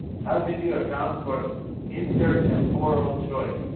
how did you account for inter-temporal choice?